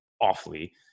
awfully